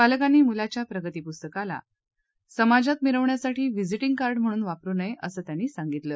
पालकांनी मुलाच्या प्रगती पुस्तकाला समाजात मिरवण्यासाठी व्हिजीटींग कार्ड म्हणून वापरू नये असं त्यांनी सांगितलं